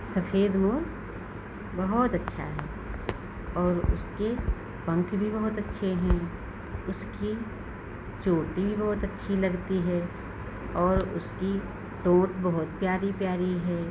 सफेद मोर बहुत अच्छा है और उसके पंख भी बहुत अच्छे हैं उसकी चोटी भी बहुत अच्छी लगती है और उसकी टोंट बहुत प्यारी प्यारी है